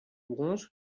bronze